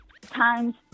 times